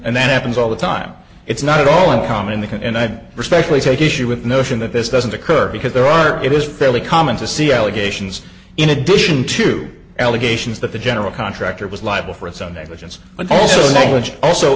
and that happens all the time it's not at all uncommon they can and i'd respectfully take issue with the notion that this doesn't occur because there are it is fairly common to see allegations in addition to allegations that the general contractor was liable for its own negligence a